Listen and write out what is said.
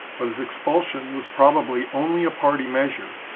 but his expul sion was probably only a party measure,